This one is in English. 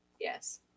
Yes